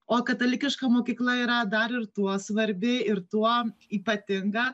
o katalikiška mokykla yra dar ir tuo svarbi ir tuo ypatinga